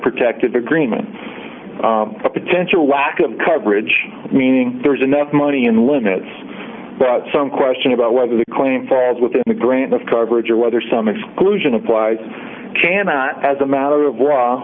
protected agreement a potential lack of coverage meaning there is enough money in limits but some question about whether the claim falls within the grant of coverage or whether some exclusion applies cannot as a matter of raw